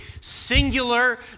singular